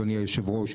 אדוני היושב ראש,